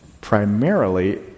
primarily